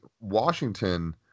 Washington